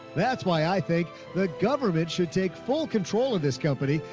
that's why i think the government should take full control of this company,